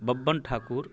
Babban Thakur